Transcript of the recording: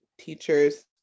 teachers